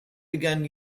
began